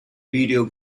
video